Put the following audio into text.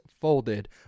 folded